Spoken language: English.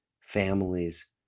families